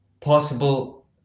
possible